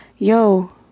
Yo